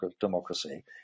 democracy